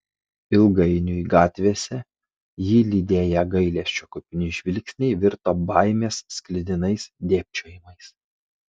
ilgainiui gatvėse jį lydėję gailesčio kupini žvilgsniai virto baimės sklidinais dėbčiojimais